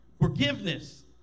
Forgiveness